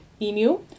emu